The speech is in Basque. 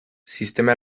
sistema